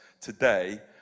today